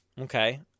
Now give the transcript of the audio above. okay